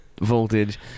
Voltage